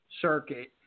circuit